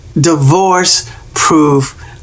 divorce-proof